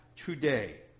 Today